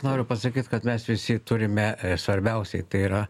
noriu pasakyt kad mes visi turime e svarbiausiai tai yra